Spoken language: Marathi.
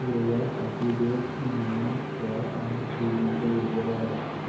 व्यवहार खाती रोख, नॉन कॅश आणि क्रेडिट व्यवहार आहेत